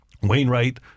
Wainwright